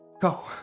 Go